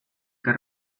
que